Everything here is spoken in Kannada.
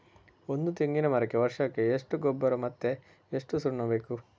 ಒಂದು ತೆಂಗಿನ ಮರಕ್ಕೆ ವರ್ಷಕ್ಕೆ ಎಷ್ಟು ಗೊಬ್ಬರ ಮತ್ತೆ ಎಷ್ಟು ಸುಣ್ಣ ಬೇಕು?